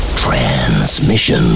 Transmission